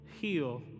Heal